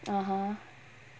(uh huh)